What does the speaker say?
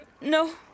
No